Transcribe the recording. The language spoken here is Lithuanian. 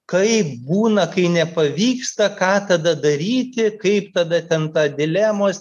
kaip būna kai nepavyksta ką tada daryti kaip tada ten tą dilemos